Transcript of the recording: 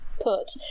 put